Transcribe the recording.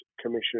Commission